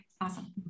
awesome